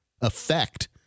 effect